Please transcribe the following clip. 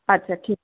अच्छा ठीक ऐ